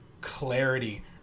clarity